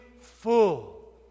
full